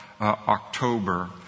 October